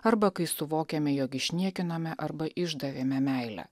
arba kai suvokiame jog išniekinome arba išdavėme meilę